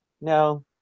no